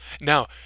Now